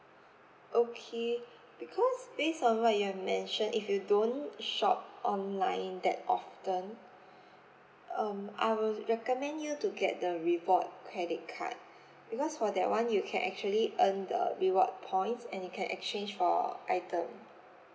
okay because based on what you have mentioned if you don't shop online that often um I will recommend you to get the reward credit card because for that one you can actually earn the reward points and you can exchange for item